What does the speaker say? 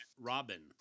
Robin